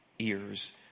ears